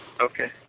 Okay